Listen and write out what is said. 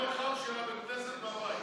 מה המרחק של בית-הכנסת מהבית?